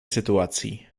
sytuacji